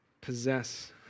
possess